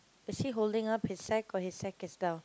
is he holding up his sack or his sack is down